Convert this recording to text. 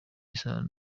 isano